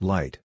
Light